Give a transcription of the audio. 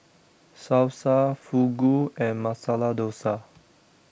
Salsa Fugu and Masala Dosa